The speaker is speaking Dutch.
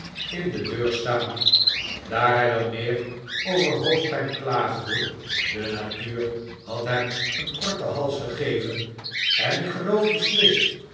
in de deur staan daar hij wel meer over hoofdpijn klaagde de natuur had hem een korten hals gegeven en ik geloof beslist